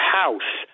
house